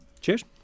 Cheers